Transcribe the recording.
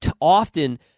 often